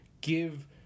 give